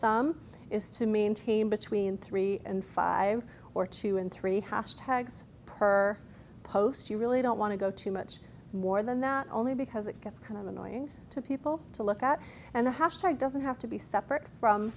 thumb is to maintain between three and five or two and three hash tags her posts you really don't want to go to much more than that only because it gets kind of annoying to people to look at and the hashtag doesn't have to be separate from